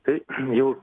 tai jau